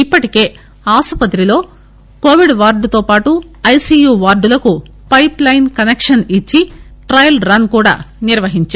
ఇప్పటికే ఆసుపత్రిలో Covid ward తో పాటు ఐసియు వార్డులకు పైప్ లైన్ కనెక్షన్ ఇచ్చి ట్రయల్ రన్ కూడా నిర్వహించారు